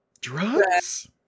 drugs